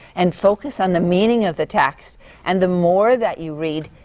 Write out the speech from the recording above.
and focus on the meaning of the text and the more that you read,